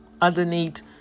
underneath